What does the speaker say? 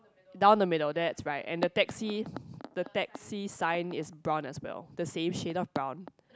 down the middle that's right and the taxi the taxi sign is brown as well the same shade of brown